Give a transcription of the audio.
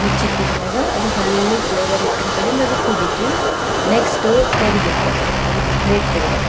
ಮುಚ್ಚಿಟ್ಟಿದ ಮ್ಯಾಗ ಅದು ಹಳ್ಳು ಫ್ಲೆವರ್ ಇಟ್ಟಿನ ಕಡೆಯಿಂದ ಅದು ಕುದೀತು ನೆಕ್ಸ್ಟ ತೆಗೆದಿಟ್ಟೆ ಅದ್ರದ್ದು ಪ್ಲೇಟ್ ತೆಗೆದ